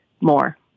more